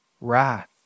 Wrath